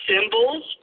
symbols